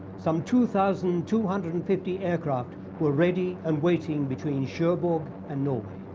some two thousand two hundred and fifty aircraft were ready and waiting between cherbourg and norway.